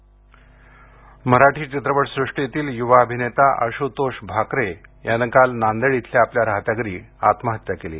आत्महत्या मराठी चित्रपट सृष्टीतील यूवा अभिनेता आशुतोष भाकरे यांनी काल नांदेड इथं आपल्या राहत्या घरी आत्महत्या केली आहे